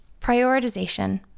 Prioritization